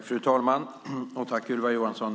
Fru talman! Tack, Ylva Johansson!